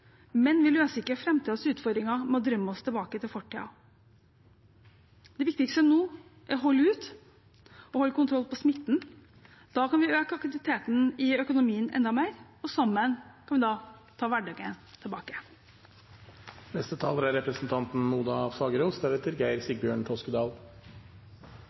Men vi løser ikke framtidens utfordringer med å drømme oss tilbake til fortiden. Det viktigste nå er å holde ut og holde kontroll på smitten. Da kan vi øke aktiviteten i økonomien enda mer, og sammen kan vi da ta hverdagen tilbake. Det er